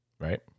right